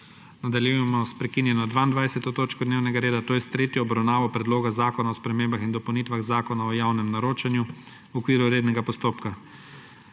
Nadaljujemo s prekinjeno 22. točko dnevnega reda, to je s tretjo obravnavo Predloga zakona o spremembah in dopolnitvah Zakona o javnem naročanju v okviru rednega postopka.